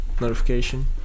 notification